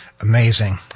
Amazing